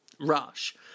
rush